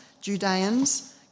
Judeans